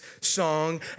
song